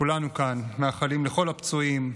כולנו כאן מאחלים לכל הפצועים,